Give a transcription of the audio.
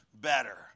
better